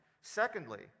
Secondly